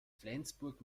flensburg